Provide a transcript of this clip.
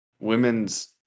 women's